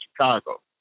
Chicago